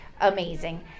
amazing